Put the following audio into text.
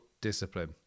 discipline